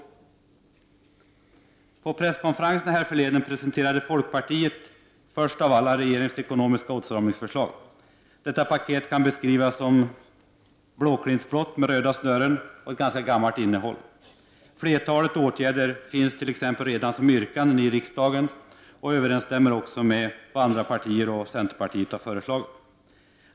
På presskonferensen härförleden presenterade folkpartiet först av alla regeringens ekonomiska åtstramningsförslag. Detta paket kan beskrivas som blåklintsblått med röda snören och med ett ganska gammalt innehåll. Flertalet åtgärder finns t.ex. redan som yrkanden i riksdagen och överensstämmer också med vad centern och andra partier har föreslagit.